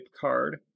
card